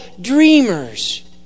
dreamers